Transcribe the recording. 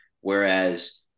Whereas